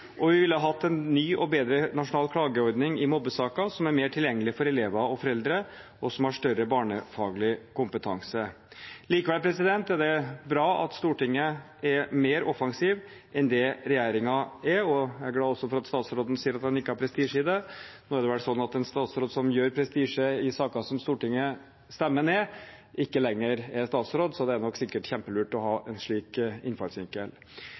Vi ville hatt en ny og bedre nasjonal klageordning i mobbesaker som er mer tilgjengelig for elever og foreldre, og som har større barnefaglig kompetanse. Likevel er det bra at Stortinget er mer offensivt enn regjeringen er, og jeg er også glad for at statsråden sier han ikke har prestisje i det. Nå er det vel sånn at en statsråd som lar det gå prestisje i saker som Stortinget stemmer ned, ikke lenger er statsråd, så det er sikkert kjempelurt å ha en slik